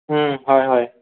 হয় হয়